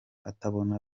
atabona